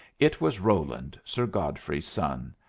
it was roland, sir godfrey's son.